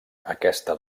aquesta